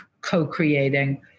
co-creating